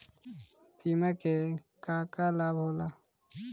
बिमा के का का लाभ होला?